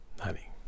Honey